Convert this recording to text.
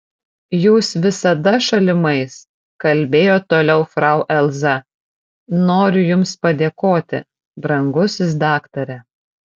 jūs visada šalimais kalbėjo toliau frau elza noriu jums padėkoti brangusis daktare